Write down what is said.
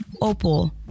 Opal